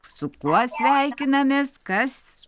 su kuo sveikinamės kas